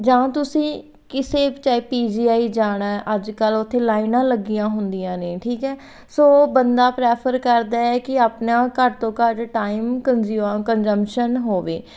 ਜਾਂ ਤੁਸੀਂ ਕਿਸੇ ਚਾਹੇ ਪੀ ਜੀ ਆਈ ਜਾਣਾ ਅੱਜ ਕੱਲ੍ਹ ਉੱਥੇ ਲਾਈਨਾਂ ਲੱਗੀਆਂ ਹੁੰਦੀਆਂ ਨੇ ਠੀਕ ਹੈ ਸੋ ਬੰਦਾ ਪ੍ਰੈਫਰ ਕਰਦਾ ਹੈ ਕਿ ਆਪਣਾ ਘੱਟ ਤੋਂ ਘੱਟ ਟਾਈਮ ਕੰਜ਼ਮ ਕੰਜਮਸ਼ਨ ਹੋਵੇ